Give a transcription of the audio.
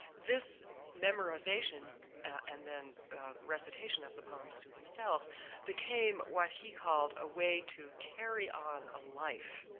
this memorization and then recitation of the poems to himself became what he called a way to carry on a life.